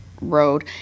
road